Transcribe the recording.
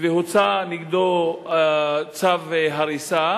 והוצא נגדו צו הריסה.